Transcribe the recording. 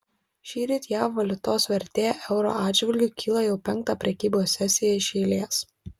šįryt jav valiutos vertė euro atžvilgiu kyla jau penktą prekybos sesiją iš eilės